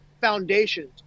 foundations